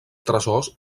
tresors